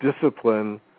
discipline